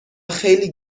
خیلی